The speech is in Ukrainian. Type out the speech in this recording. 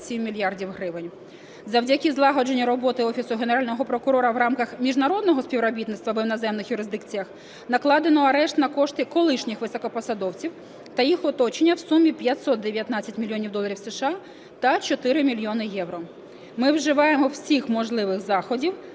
Завдяки злагодженій роботі Офісу Генерального прокурора в рамках міжнародного співробітництва або іноземних юрисдикціях, накладено арешт на кошти колишніх високопосадовців та їх оточення в сумі 519 мільйонів доларів США та 4 мільйони євро. Ми вживаємо всіх можливих заходів